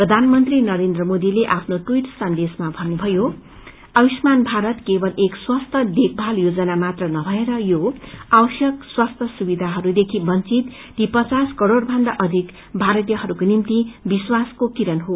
प्रधानमंत्री नरेन्द्र मोदीले आफ्नो टवीटमा संदेश भन्नुभ्ज्यो आयुषमान ीाारत केवल एक स्वास्थ्य देखभल योजना मात्र नभएर यो आवश्यक स्वास्थ्य सुविधाहरूदेखि वंचित ती पचास करोड़ भन्दा अधिक भारतीयहरूको निम्ति विश्वासको किरण हो